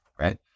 Right